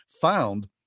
found